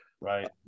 Right